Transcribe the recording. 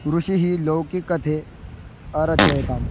ऋषिः लौकिकथाम् अरचयताम्